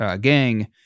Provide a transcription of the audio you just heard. gang